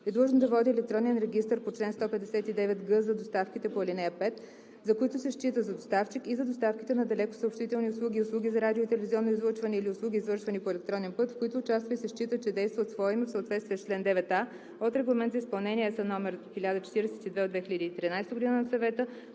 е длъжно да води електронен регистър по чл. 159г за доставките по ал. 5, за които се счита за доставчик, и за доставките на далекосъобщителни услуги, услуги за радио- и телевизионно излъчване или услуги, извършвани по електронен път, в които участва и се счита, че действа от свое име в съответствие с чл. 9а от Регламент за изпълнение (ЕС) № 1042/2013 на Съвета